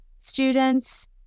students